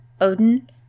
Odin